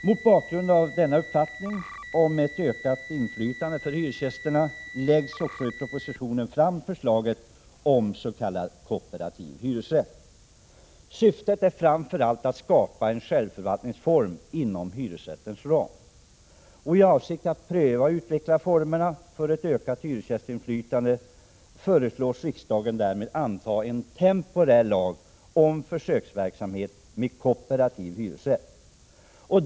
Mot bakgrund av denna uppfattning om ett ökat inflytande för hyresgästerna läggs också i propositionen fram ett förslag om s.k. kooperativ hyresrätt. Syftet är framför allt att skapa en självförvaltningsform inom hyresrättens ram. I avsikt att pröva och utveckla formerna för ett ökat hyresgästinflytande föreslås riksdagen anta en temporär lag om försöksverksamhet med kooperativ hyresrätt.